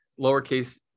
lowercase